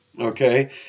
okay